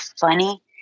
funny